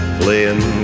playing